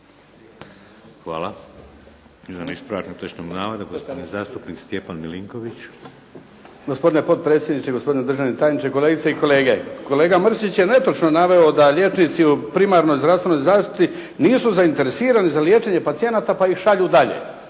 Hvala. Ispravak netočnog navoda, gospodin zastupnik Stjepan Milinković. **Milinković, Stjepan (HDZ)** Gospodine potpredsjedniče, gospodine državni tajniče, kolegice i kolege. Kolega Mrsić je netočno naveo da liječnici u primarnoj zdravstvenoj zaštiti nisu zainteresirani za liječenje pacijenata pa ih šalju dalje.